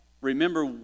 Remember